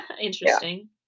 interesting